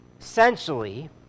Essentially